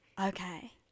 Okay